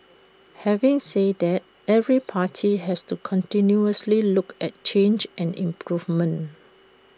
having said that every party has to continuously look at change and improvement